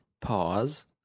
Pause